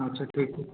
अच्छा ठीक छै